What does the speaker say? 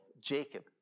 Jacob